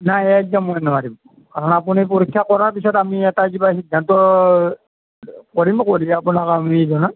নাই একদম মই নোৱাৰিম আপুনি পৰীক্ষা কৰাৰ পিছত আমি এটা কিবা সিদ্ধান্ত কৰিম কৰি আপোনাক আমি জনাম